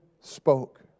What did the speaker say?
spoke